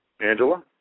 Angela